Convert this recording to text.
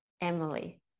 Emily